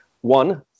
one